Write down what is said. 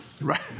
Right